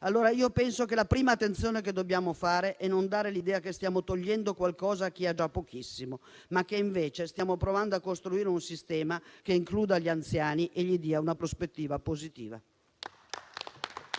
In conclusione, penso che la prima attenzione che dobbiamo avere è al non dare l'idea che stiamo togliendo qualcosa a chi ha già pochissimo, ma che stiamo provando a costruire un sistema che includa gli anziani e dia loro una prospettiva positiva.